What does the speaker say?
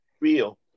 Real